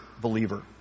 believer